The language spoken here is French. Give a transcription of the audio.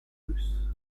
russe